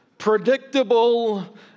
predictable